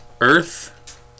earth